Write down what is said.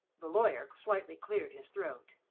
the lawyer slightly cleared his throat.